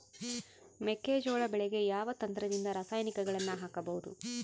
ಮೆಕ್ಕೆಜೋಳ ಬೆಳೆಗೆ ಯಾವ ಯಂತ್ರದಿಂದ ರಾಸಾಯನಿಕಗಳನ್ನು ಹಾಕಬಹುದು?